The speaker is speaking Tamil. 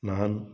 நான்